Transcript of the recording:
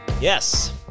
Yes